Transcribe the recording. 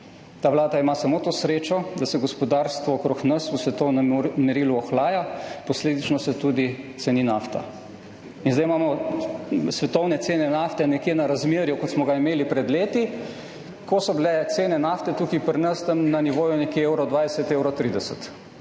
Ta vlada ima samo to srečo, da se gospodarstvo okrog nas v svetovnem merilu ohlaja, posledično se tudi ceni nafta. Zdaj imamo svetovne cene nafte nekje na razmerju, kot smo ga imeli pred leti, ko so bile cene nafte tukaj pri nas na nivoju nekje 1,20 evra,